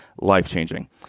life-changing